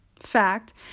fact